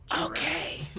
Okay